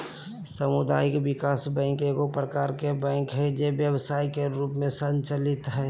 सामुदायिक विकास बैंक एगो प्रकार के बैंक हइ जे व्यवसाय के रूप में संचालित हइ